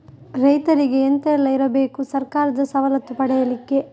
ರೈತರಿಗೆ ಎಂತ ಎಲ್ಲ ಇರ್ಬೇಕು ಸರ್ಕಾರದ ಸವಲತ್ತು ಪಡೆಯಲಿಕ್ಕೆ?